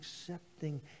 accepting